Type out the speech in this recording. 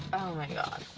my god.